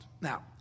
Now